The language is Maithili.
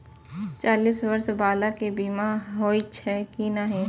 चालीस बर्ष बाला के बीमा होई छै कि नहिं?